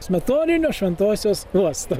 smetoninio šventosios uosto